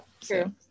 true